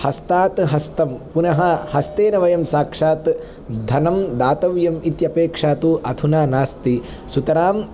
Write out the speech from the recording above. हस्तात् हस्तं पुनः हस्तेन वयं साक्षात् धनं दातव्यम् इत्यपेक्षा तु अधुना नास्ति सुतराम्